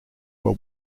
were